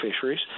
fisheries